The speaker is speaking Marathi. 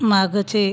मागचे